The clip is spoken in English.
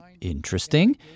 interesting